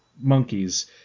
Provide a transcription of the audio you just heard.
monkeys